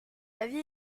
l’avis